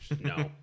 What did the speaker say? no